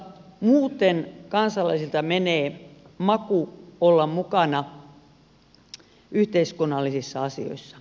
muuten kansalaisilta menee maku olla mukana yhteiskunnallisissa asioissa